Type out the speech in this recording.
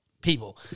People